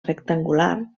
rectangular